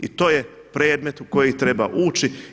I to je predmet u koji treba ući.